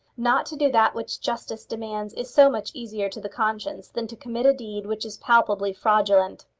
not to do that which justice demands is so much easier to the conscience than to commit a deed which is palpably fraudulent!